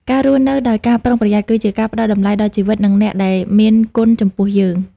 ការរស់នៅដោយការប្រុងប្រយ័ត្ន គឺជាការផ្ដល់តម្លៃដល់ជីវិត និងអ្នកដែលមានគុណចំពោះយើង។